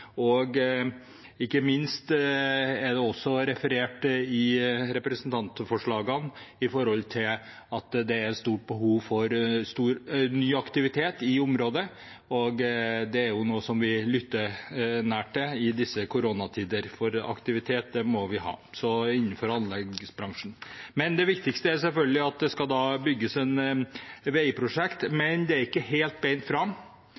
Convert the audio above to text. og det er et stort behov der. Ikke minst er det også i representantforslagene referert til at det er stort behov for ny aktivitet i området, og det er noe vi lytter nøye til i disse koronatider, for aktivitet må vi ha, også innenfor anleggsbransjen. Det viktigste er selvfølgelig at det skal bygges et veiprosjekt, men det er ikke helt beint fram.